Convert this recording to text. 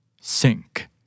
Sink